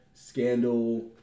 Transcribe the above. Scandal